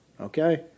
okay